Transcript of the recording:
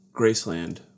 Graceland